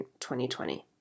2020